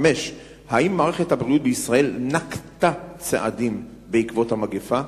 5. האם מערכת הבריאות בישראל נקטה צעדים בעקבות המגפה?